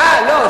אה, לא.